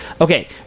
Okay